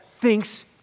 thinks